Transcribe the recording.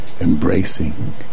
embracing